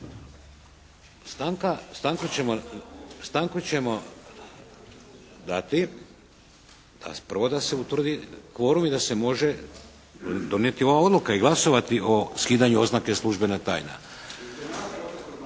Stanku ćemo dati prvo da se utvrdi kvorum i da se može donijeti ova odluka i glasovati o skidanju oznake: "službena tajna".